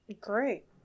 Great